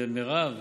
ומרב,